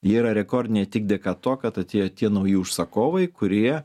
jie yra rekordiniai tik dėka to kad atėjo tie nauji užsakovai kurie